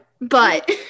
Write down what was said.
but-